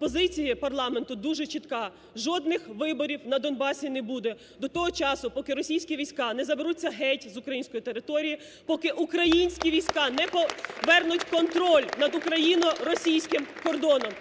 позиція парламенту дуже чітка: жодних виборів на Донбасі не буде до того часу, поки російські війська не заберуться геть з української території, поки українські війська не повернуть контроль над україно-російським кордоном.